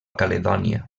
caledònia